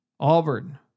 Auburn